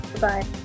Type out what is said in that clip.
Bye